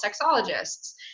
sexologists